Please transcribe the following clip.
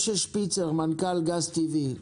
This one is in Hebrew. משה שפיצר, מנכ"ל גז טבעי.